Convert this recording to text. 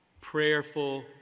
prayerful